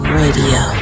radio